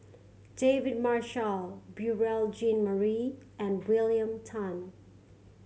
David Marshall Beurel Jean Marie and William Tan